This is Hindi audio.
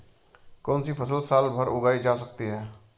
कौनसी फसल साल भर उगाई जा सकती है?